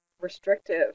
restrictive